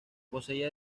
poseía